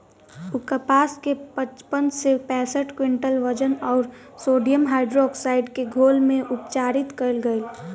उ कपास के पचपन से पैसठ क्विंटल वजन अउर सोडियम हाइड्रोऑक्साइड के घोल में उपचारित कइल गइल